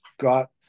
got